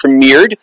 premiered